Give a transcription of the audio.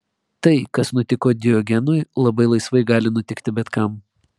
tai kas nutiko diogenui labai laisvai gali nutikti bet kam